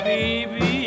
Baby